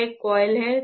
यह एक कोइल है